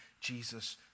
Jesus